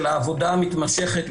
של העבודה המתמשכת,